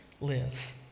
live